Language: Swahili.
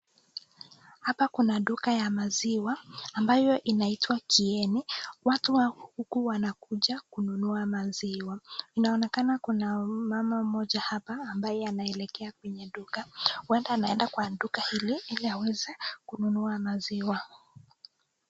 Hapa kuna duka ya maziwa ambayo inaitwa Kieni. Watu huku wanakuja kununua maziwa, inaonekana kuna mama mmoja ambaye anaelekea kwenye duka, huenda anaenda kwa duka hili ili aweze kununua maziwa.